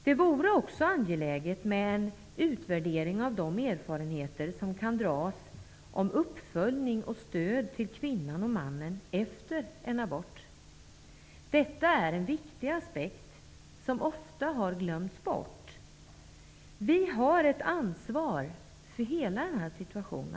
Det vore också angeläget med en utvärdering av de erfarenheter som kan göras av uppföljning och stöd som ges till kvinnor och män efter en abort. Detta är en viktig aspekt, som ofta har glömts bort. Vi har ett ansvar för hela denna situation.